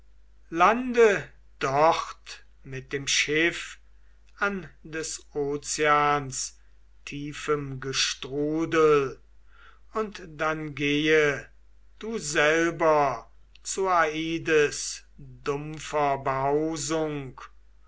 lande dort mit dem schiff an des ozeans tiefem gestrudel und dann gehe du selber zu aides dumpfer behausung